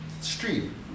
stream